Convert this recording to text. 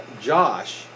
Josh